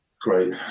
great